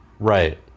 right